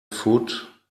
foot